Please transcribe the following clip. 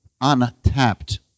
untapped